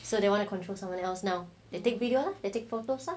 so they want to control someone else now they take bigger they take photos lah